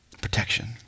protection